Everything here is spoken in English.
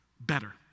better